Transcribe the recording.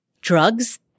drugs